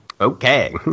Okay